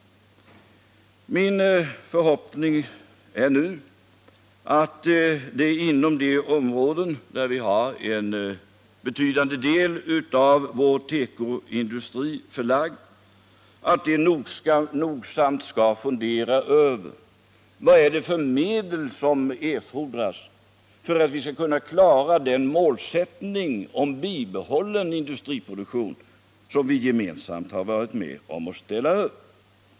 Min förhoppning är nu att man inom de områden där vi har en betydande del av vår tekoindustri förlagd nogsamt skall fundera över vilka medel som erfordras för att vi skall klara den målsättning om bibehållen industriproduktion som vi gemensamt varit med om att ställa upp.